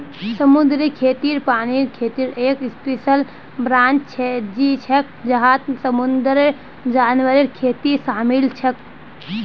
समुद्री खेती पानीर खेतीर एक स्पेशल ब्रांच छिके जहात समुंदरेर जानवरेर खेती शामिल छेक